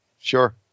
Sure